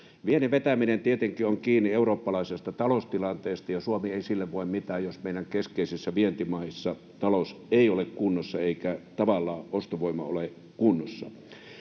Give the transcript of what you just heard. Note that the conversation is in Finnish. Viennin vetäminen tietenkin on kiinni eurooppalaisesta taloustilanteesta, ja Suomi ei sille voi mitään, jos meidän keskeisissä vientimaissamme talous ei ole kunnossa eikä tavallaan ostovoima ole kunnossa.